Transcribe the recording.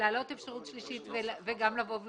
אני רוצה להעלות אפשרות שלישית וגם לומר